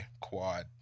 quad